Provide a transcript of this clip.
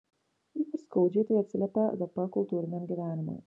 ypač skaudžiai tai atsiliepė dp kultūriniam gyvenimui